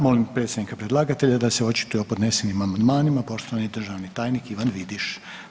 Molim predstavnika predlagatelja da se očituje o podnesenim amandmanima, poštovani državni tajnik Ivan Vidiš.